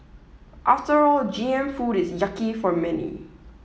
after all G M food is yucky for many